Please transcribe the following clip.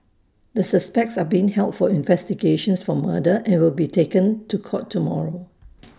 the suspects are being held for investigations for murder and will be taken to court tomorrow